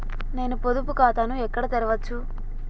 నేను పొదుపు ఖాతాను ఎక్కడ తెరవచ్చు?